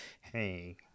hey